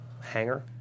Hanger